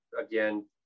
again